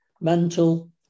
mental